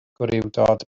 gwrywdod